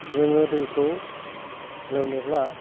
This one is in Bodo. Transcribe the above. जोङो दैखौ लोंनोब्ला